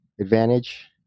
advantage